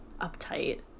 uptight